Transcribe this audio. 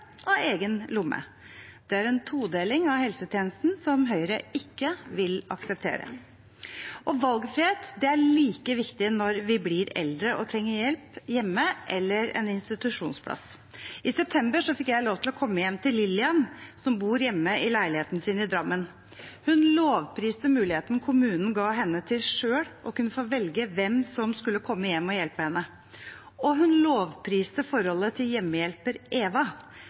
av egen lomme. Det er en todeling av helsetjenesten som Høyre ikke vil akseptere. Valgfrihet er like viktig når vi blir eldre og trenger hjelp hjemme eller en institusjonsplass. I september fikk jeg lov til å komme hjem til Lillian, som bor hjemme i leiligheten sin i Drammen. Hun lovpriste muligheten kommunen ga henne til selv å kunne få velge hvem som skulle komme hjem og hjelpe henne, og hun lovpriste forholdet til hjemmehjelpen, Eva,